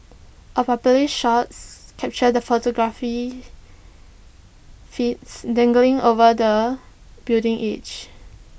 A popular shots captures the photographer feet dangling over the building edge